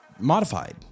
Modified